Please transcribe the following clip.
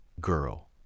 girl